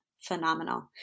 phenomenal